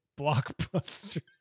blockbuster